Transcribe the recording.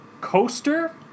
coaster